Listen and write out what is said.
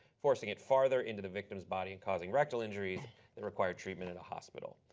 forcing it farther into the victim's body and causing rectal injuries that required treatment at a hospital.